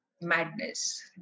madness